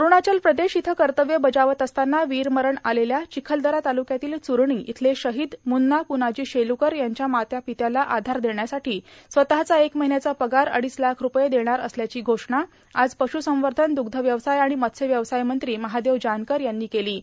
अरूणाचल प्रदेश इथं कतव्य बजावत असतांना वीरमरण आलेल्या र्चिखलदरा तालुक्यातील च्रणी इथले शर्माहद मुन्ना पुनाजी शेलुकर यांच्या मातार् ापत्याला आधार देण्यासाठी स्वतचा एक र्माहन्याचा पगार अडीच लाख रुपये देणार असल्याची घोषणा आज पश्संवधन द्ग्धावकास आर्ाण मत्स्यव्यवसाय मंत्री महादेव जानकर यांनी आज केलां